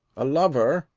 a lover,